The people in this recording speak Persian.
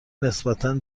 نسبتا